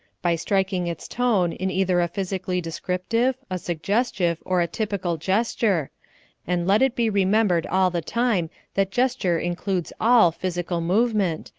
by striking its tone in either a physically descriptive, a suggestive, or a typical gesture and let it be remembered all the time that gesture includes all physical movement,